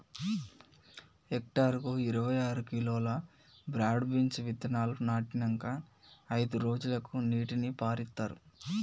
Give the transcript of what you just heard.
hectare కు ఇరవై ఆరు కిలోలు బ్రాడ్ బీన్స్ విత్తనాలు నాటినంకా అయిదు రోజులకు నీటిని పారిత్తార్